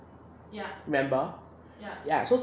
remember